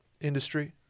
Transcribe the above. industry